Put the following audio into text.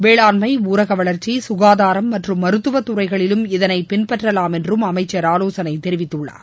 வேளாண்மை ஊரக வளர்ச்சி சுகாதாரம் மற்றும் மருத்துவ துறைகளிலும் இதனை பின்பற்றலாம் என்றும் அமைச்சர் ஆலோசனை தெரிவித்துள்ளார்